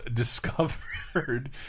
discovered